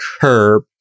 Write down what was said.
curb